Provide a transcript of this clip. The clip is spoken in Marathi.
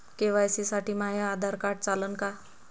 के.वाय.सी साठी माह्य आधार कार्ड चालन का?